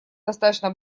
достаточно